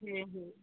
হ্যাঁ হুম